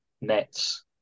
nets